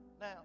Now